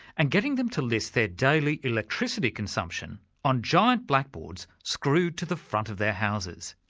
and getting them to list their daily electricity consumption on giant blackboards screwed to the front of their houses.